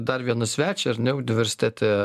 dar vieną svečią ar ne universitete